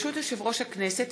ברשות יושב-ראש הכנסת,